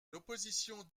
l’opposition